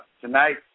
tonight